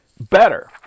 better